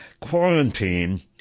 quarantine